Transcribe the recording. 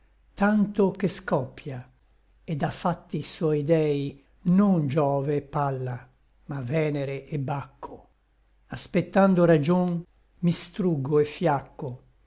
tanto che scoppia ed à fatti suoi dèi non giove et palla ma venere et bacco aspectando ragion mi struggo et fiacco